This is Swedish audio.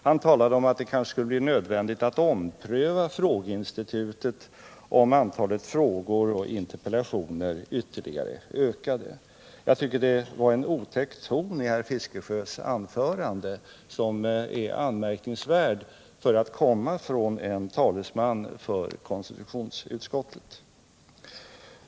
Han talade om att det kanske skulle bli nödvändigt att ompröva frågeinstitutet, om antalet frågor och interpellationer ytterligare ökade. Jag tycker det var en otäck ton i herr Fiskesjös anförande som är anmärkningsvärd för att komma från en talesman för konstitutionsutskottet.